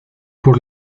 por